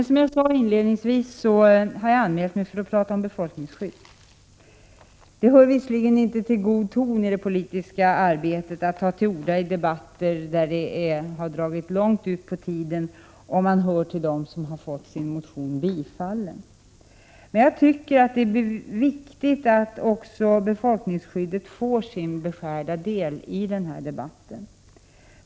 Som jag sade inledningsvis har jag anmält mig för att tala om befolkningsskyddet. Det hör visserligen inte till god ton i det politiska arbetet att ta till orda i debatter som har dragit långt ut på tiden, om man hör till dem som har fått sina motioner tillstyrkta. Men jag tycker att det är viktigt att också befolkningsskyddet får sin beskärda del av debatten.